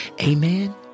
Amen